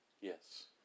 Yes